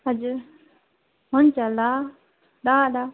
हजुर हुन्छ ल ल ल